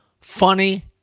funny